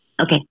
Okay